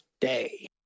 Day